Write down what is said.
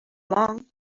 long